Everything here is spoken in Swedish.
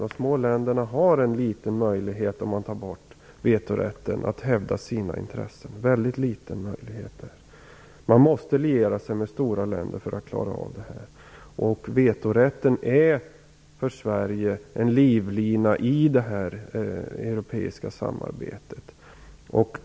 De små länderna har en liten möjlighet att hävda sina intressen om man tar bort vetorätten. Man måste liera sig med stora länder för att klara av detta. För Sverige är vetorätten en livlina i det europeiska samarbetet.